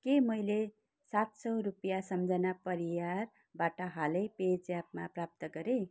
के मैले सात सौ रुपियाँ सम्झना परियारबाट हालै पेज्यापमा प्राप्त गरेँ